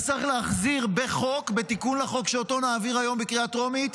אז צריך להחזיר בתיקון לחוק שנעביר היום בקריאה טרומית,